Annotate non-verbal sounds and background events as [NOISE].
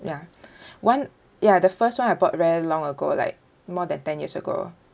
ya [BREATH] one ya the first one I bought very long ago like more than ten years ago